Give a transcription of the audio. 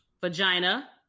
vagina